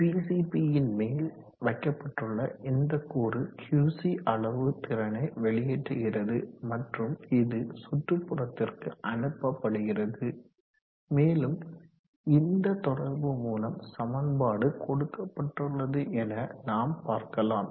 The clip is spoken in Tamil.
பார்வை காட்சி வில்லை நேரம் 1247 பிசிபின் மேல் வைக்கப்பட்டுள்ள இந்த கூறு QC அளவு திறனை வெளியேற்றுகிறது மற்றும் இது சுற்றுப்புறத்திற்கு அனுப்பப்படுகிறது மேலும் இந்த தொடர்பு மூலம் சமன்பாடு கொடுக்கப்பட்டுள்ளது என நாம் பார்க்கலாம்